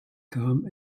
kam